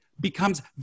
becomes